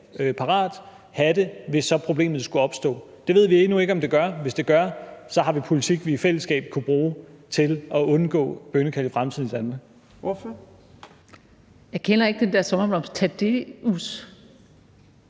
parat, hvis så problemet skulle opstå. Det ved vi endnu ikke om det gør; hvis det gør, har vi politik, vi i fællesskab kan bruge til at undgå bønnekald i fremtidens Danmark.